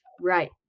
right